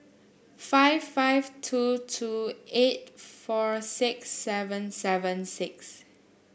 five five two two eight four six seven seven six